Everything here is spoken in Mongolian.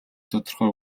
тодорхой